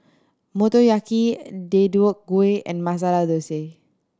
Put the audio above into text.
Motoyaki Deodeok Gui and Masala Dosa